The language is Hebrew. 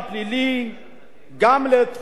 גם בתחום האזרחי, אדוני היושב-ראש,